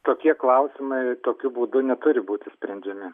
tokie klausimai tokiu būdu neturi būti sprendžiami